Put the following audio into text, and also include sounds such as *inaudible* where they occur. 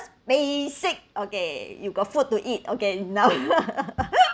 basic okay you got food to eat okay enough *laughs*